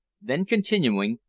then continuing,